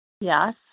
Yes